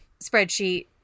spreadsheet